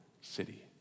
city